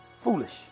Foolish